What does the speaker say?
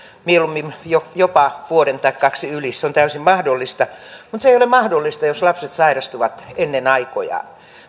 mieluummin jopa vuoden tai kaksi yli se on täysin mahdollista mutta se ei ole mahdollista jos lapset sairastuvat ennen aikojaan